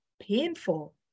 painful